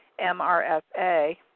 MRSA